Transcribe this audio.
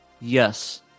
Yes